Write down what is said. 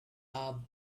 are